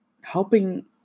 helping